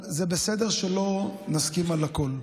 זה בסדר שלא נסכים על הכול.